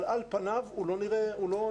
אבל על פניו הוא לא נראה סביר.